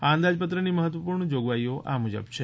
આ અંદાજપત્રની મફત્ત્વપૂર્ણ જોગવાઈઓ આ મુજબ છે